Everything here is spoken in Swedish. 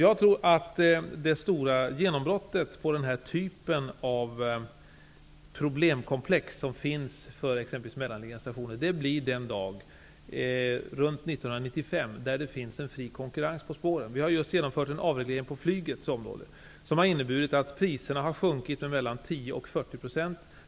Jag tror att det stora genombrottet vad gäller den typ av problemkomplex som finns för exempelvis mellanliggande stationer sker den dag runt 1995 då det finns en fri konkurrens på spåren. Vi har just genomfört en avreglering på flygets område, som har inneburit att priserna har sjunkit med mellan 10 % och 40 %.